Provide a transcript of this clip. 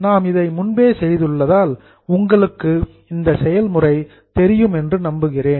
நாம் இதை முன்பே செய்துள்ளதால் உங்களுக்கு இந்த செயல்முறை தெரியும் என்று நம்புகிறேன்